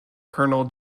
colonel